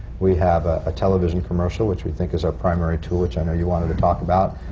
we have a television commercial, which we think is our primary tool, which i know you wanted to talk about,